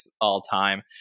all-time